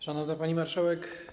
Szanowna Pani Marszałek!